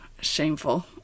shameful